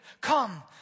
Come